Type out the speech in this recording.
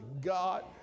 God